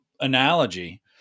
analogy